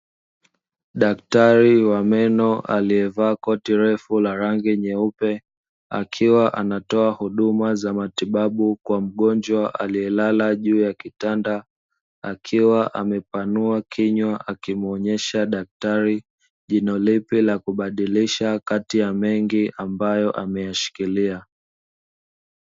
Daktari wa meno alievaa koti refu la rangi nyeupe, akiwa anatoa huduma za matibabu kwa mgonjwa alielala juu ya kitanda. Akiwa amepanua kinywa akimuonyesha daktari jino lipi la akubadilisha kati ya mengi ambayo ameyashikilia.